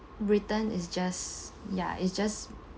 written is just ya it's just